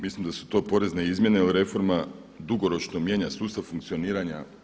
Mislim da su to porezne izmjere jer reforma dugoročno mijenja sustav funkcioniranja.